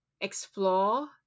explore